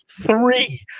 three